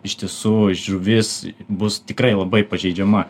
iš tiesų žuvis bus tikrai labai pažeidžiama